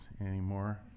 anymore